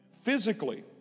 Physically